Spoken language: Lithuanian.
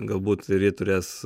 galbūt ir ji turės